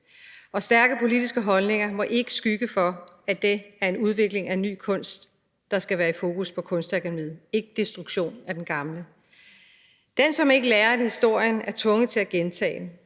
Stærke politiske holdninger må ikke skygge for, at det er en udvikling af ny kunst, der skal være i fokus på Kunstakademiet, ikke destruktion af den gamle. Den, som ikke lærer af historien, er tvunget til at gentage den.